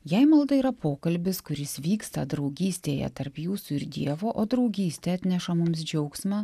jei malda yra pokalbis kuris vyksta draugystėje tarp jūsų ir dievo o draugystė atneša mums džiaugsmą